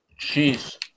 Jeez